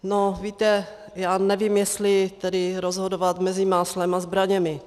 No, víte, já nevím, jestli tedy rozhodovat mezi máslem a zbraněmi.